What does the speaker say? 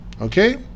Okay